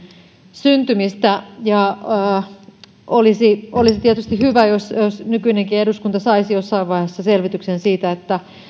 syntymistä olisi tietysti hyvä jos jos nykyinenkin eduskunta saisi jossain vaiheessa selvityksen siitä